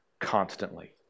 constantly